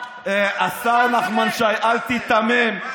השר נחמן שי, אל תיתמם.